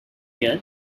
year